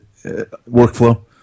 workflow